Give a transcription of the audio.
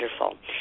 Wonderful